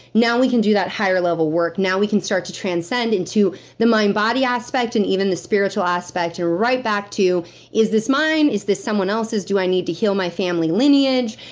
now we can do that higher level work. now we can start to transcend into the mind body aspect, and even the spiritual aspect, right back to is this mine? is this someone else's? do i need to heal my family lineage?